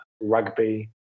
rugby